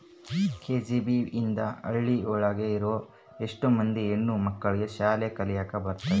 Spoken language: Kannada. ಕೆ.ಜಿ.ಬಿ.ವಿ ಇಂದ ಹಳ್ಳಿ ಒಳಗ ಇರೋ ಎಷ್ಟೋ ಮಂದಿ ಹೆಣ್ಣು ಮಕ್ಳಿಗೆ ಶಾಲೆ ಕಲಿಯಕ್ ಬರುತ್ತೆ